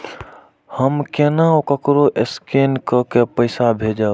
हम केना ककरो स्केने कैके पैसा भेजब?